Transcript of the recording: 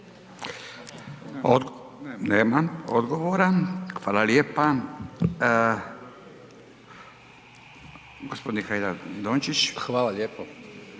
Nema odgovora. Hvala lijepa. Gospodin